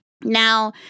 Now